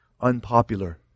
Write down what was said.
unpopular